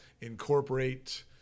incorporate